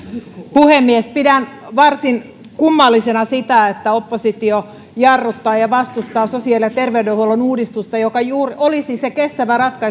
puhemies pidän varsin kummallisena sitä että oppositio jarruttaa ja ja vastustaa sosiaali ja terveydenhuollon uudistusta joka olisi juuri se kestävä